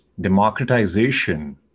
democratization